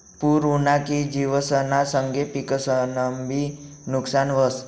पूर उना की जिवसना संगे पिकंसनंबी नुकसान व्हस